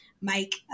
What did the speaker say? Mike